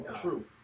true